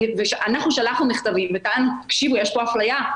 אנחנו שלחנו מכתבים וטענו "יש פה אפליה,